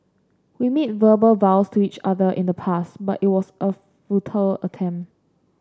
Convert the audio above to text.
we made verbal vows to each other in the past but it was a futile attempt